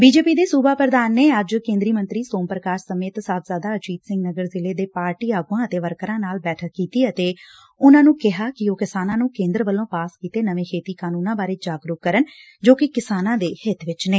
BJP ਦੇ ਸੂਬਾ ਪ੍ਧਾਨ ਨੇ ਅੱਜ ਕੇਂਦਰੀ ਮੰਤਰੀ ਸੋਮ ਪ੍ਕਾਸ਼ ਸਮੇਤ ਸਾਹਿਬਜ਼ਾਦਾ ਅਜੀਤ ਸਿੰਘ ਨਗਰ ਜ਼ਿਲ੍ਹੇ ਦੇ ਪਾਰਟੀ ਆਗੂਆਂ ਅਤੇ ਵਰਕਰਾਂ ਨਾਲ ਬੈਠਕ ਕੀਤੀ ਅਤੇ ਉਨ੍ਹਾ ਨੂੰ ਕਿਹਾ ਕਿ ਉਹ ਕਿਸਾਨਾਂ ਨੂੰ ਕੇਂਦਰ ਵੱਲੋਂ ਪਾਸ ਕੀਤੇ ਨਵੇਂ ਖੇਤੀ ਕਾਨੂੰਨਾਂ ਬਾਰੇ ਜਾਗਰੁਕ ਕਰਨ ਜੋ ਕਿ ਕਿਸਾਨਾਂ ਦੇ ਹਿੱਤ ਚ ਨੇ